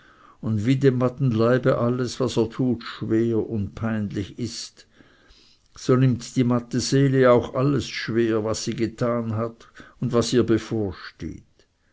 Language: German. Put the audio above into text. und wie dem matten leib alles was er tut schwer und peinlich ist so nimmt die matte seele auch alles schwer was sie getan hat und was ihr bevorsteht